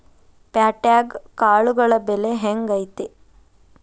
ಪ್ಯಾಟ್ಯಾಗ್ ಕಾಳುಗಳ ಬೆಲೆ ಹೆಂಗ್ ಐತಿ?